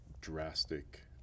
drastic